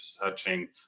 touching